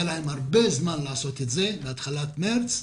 היה להם הרבה זמן לעשות את זה, מתחילת חודש מארס,